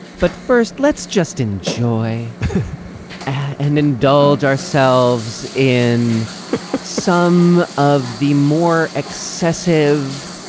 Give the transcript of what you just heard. but first let's just enjoy and indulge ourselves in some of the more excessive,